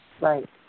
Right